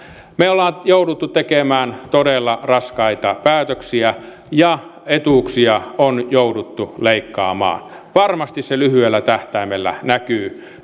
me olemme joutuneet tekemään todella raskaita päätöksiä ja etuuksia on jouduttu leikkaamaan varmasti se lyhyellä tähtäimellä näkyy